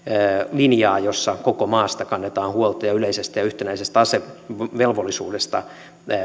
linjaa jossa koko maasta kannetaan huolta ja yleisestä ja yhtenäisestä asevelvollisuudesta